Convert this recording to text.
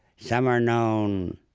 some are known,